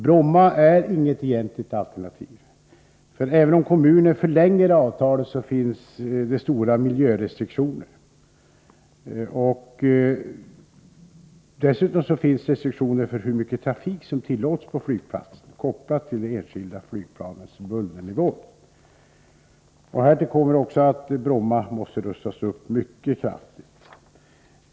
Bromma är inget egentligt alternativ, för även om kommunen förlänger avtalet finns det stora miljörestriktioner. Dessutom finns restriktioner för hur mycket trafik som tillåts på flygplatsen — det är kopplat till det enskilda flygplanets bullernivå. Härtill kommer att Bromma måste rustas upp mycket kraftigt.